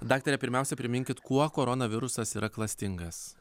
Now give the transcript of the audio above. daktare pirmiausia priminkit kuo koronavirusas yra klastingas